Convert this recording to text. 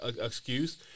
excuse